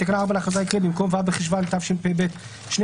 תיקון תקנה 4 בתקנה 4 להחלטה העיקרית במקום "ו' בחשוון התשפ"ב (12